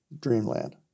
Dreamland